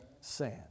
sand